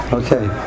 okay